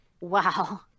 Wow